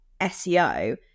SEO